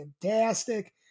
Fantastic